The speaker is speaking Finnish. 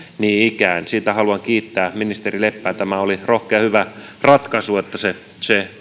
niin ikään siitä haluan kiittää ministeri leppää tämä oli rohkea ja hyvä ratkaisu että se se